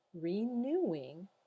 renewing